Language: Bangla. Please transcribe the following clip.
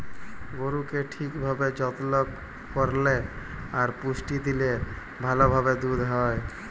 গরুকে ঠিক ভাবে যত্ন করল্যে আর পুষ্টি দিলে ভাল ভাবে দুধ হ্যয়